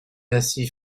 ainsi